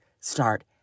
start